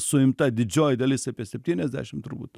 suimta didžioji dalis apie septyniasdešimt turbūt